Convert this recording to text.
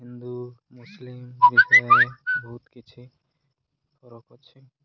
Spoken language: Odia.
ହିନ୍ଦୁ ମୁସଲିମ୍ ବିଷୟରେ ବହୁତ କିଛି ଫରକ ଅଛି